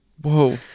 Whoa